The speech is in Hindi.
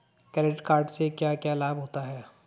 क्रेडिट कार्ड से क्या क्या लाभ होता है?